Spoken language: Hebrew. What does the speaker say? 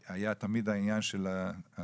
תמיד עסק בעניין של הזקן